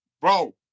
bro